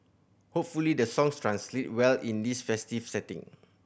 hopefully the songs translate well in this festival setting